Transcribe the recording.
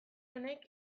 honek